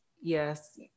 yes